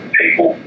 people